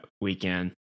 weekend